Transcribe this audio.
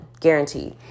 Guaranteed